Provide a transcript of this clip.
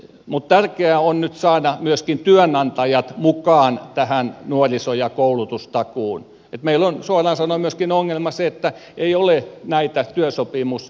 mutta tärkeää on nyt saada myöskin työnantajat mukaan tähän nuoriso ja koulutustakuuseen sillä meillä on suoraan sanoen ongelmana myöskin se että ei ole näitä oppisopimuspaikkoja